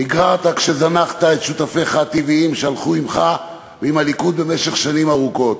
נגררת כשזנחת את שותפיך הטבעיים שהלכו עמך ועם הליכוד במשך שנים ארוכות,